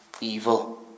evil